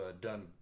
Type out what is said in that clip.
done